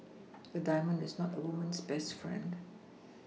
a diamond is not a woman's best friend